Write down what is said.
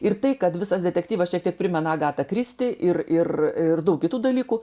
ir tai kad visas detektyvas šiek tiek primena agata kristi ir ir ir daug kitų dalykų